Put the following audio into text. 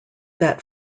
that